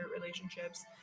relationships